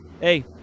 hey